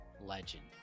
legend